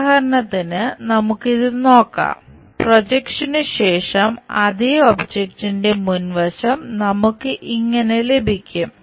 ഉദാഹരണത്തിന് നമുക്ക് ഇത് നോക്കാം പ്രൊജക്ഷന് ശേഷം അതേ ഒബ്ജെക്ടിന്റെ മുൻവശം നമുക്ക് ഇങ്ങനെ ലഭിക്കും